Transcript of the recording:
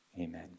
Amen